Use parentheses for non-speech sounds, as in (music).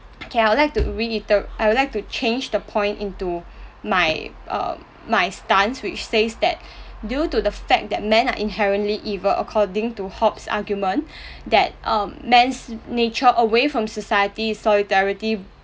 okay I would like to reiter~ I would like to change the point into my uh my stance which says that (breath) due to the fact that men are inherently evil according to hobbes's argument (breath) that um man's nature away from society solidarity